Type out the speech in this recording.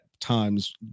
times